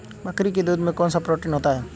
बकरी के दूध में कौनसा प्रोटीन होता है?